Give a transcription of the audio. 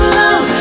love